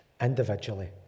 individually